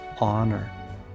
honor